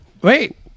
Wait